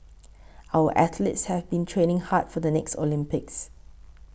our athletes have been training hard for the next Olympics